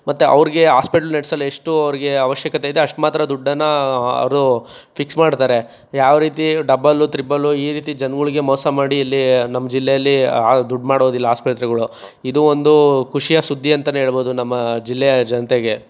ಮತ್ತು ಅವ್ರಿಗೆ ಆಸ್ಪಿಟ್ಲ್ ನಡೆಸಲು ಎಷ್ಟು ಅವ್ರಿಗೆ ಅವಶ್ಯಕತೆ ಇದೆ ಅಷ್ಟು ಮಾತ್ರ ದುಡ್ಡನ್ನು ಅವರು ಫಿಕ್ಸ್ ಮಾಡ್ತಾರೆ ಯಾವ ರೀತಿ ಡಬಲ್ಲು ತ್ರಿಬಲ್ಲು ಈ ರೀತಿ ಜನಗಳಿಗೆ ಮೋಸ ಮಾಡಿ ಇಲ್ಲಿ ನಮ್ಮ ಜಿಲ್ಲೇಲಿ ದುಡ್ಡು ಮಾಡೋದಿಲ್ಲ ಆಸ್ಪತ್ರೆಗಳು ಇದು ಒಂದು ಖುಷಿಯ ಸುದ್ದಿ ಅಂತಲೇ ಹೇಳ್ಬೋದು ನಮ್ಮ ಜಿಲ್ಲೆಯ ಜನತೆಗೆ